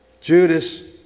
Judas